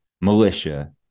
militia